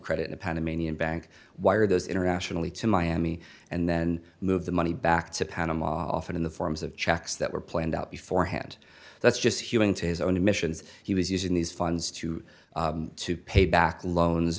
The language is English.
credit panamanian bank wire those internationally to miami and then move the money back to panama often in the forms of checks that were planned out before hand that's just human to his own admissions he was using these funds to pay back loans